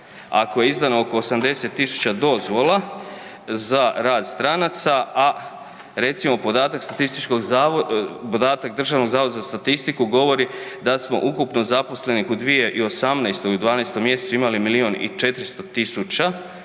ako je izdano oko 80 000 dozvola za rad stranaca a recimo podatak DZS-a govori da smo ukupno zaposlenih u 2018. u 12. mj. imali 1 405 000 a